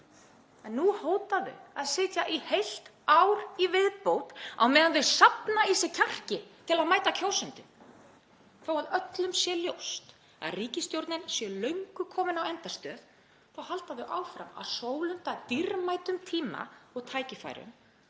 En nú hóta þau að sitja í heilt ár í viðbót á meðan þau safna í sig kjarki til að mæta kjósendum. Þó að öllum sé ljóst að ríkisstjórnin sé löngu komin á endastöð þá halda þau áfram að sólunda dýrmætum tíma og tækifærum,